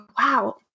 wow